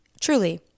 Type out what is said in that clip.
truly